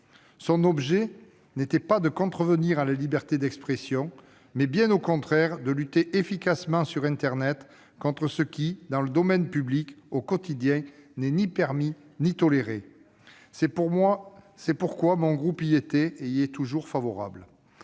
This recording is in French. Son objet était non pas de contrevenir à la liberté d'expression, mais bien au contraire de lutter efficacement sur internet contre ce qui dans le domaine public, au quotidien, n'est ni permis ni toléré. C'est pourquoi mon groupe y était et y demeure favorable.